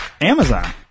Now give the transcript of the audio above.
Amazon